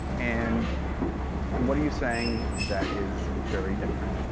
and and what are you saying that is very different?